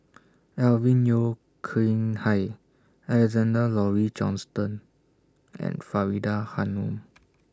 Alvin Yeo Khirn Hai Alexander Laurie Johnston and Faridah Hanum